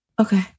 Okay